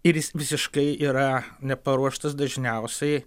ir jis visiškai yra neparuoštas dažniausiai